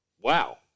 Wow